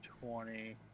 twenty